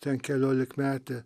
ten keliolikmetė